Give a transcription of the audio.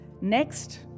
next